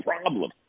problem